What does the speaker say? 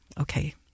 Okay